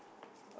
a